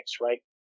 right